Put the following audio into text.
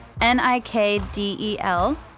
n-i-k-d-e-l